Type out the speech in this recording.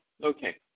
Okay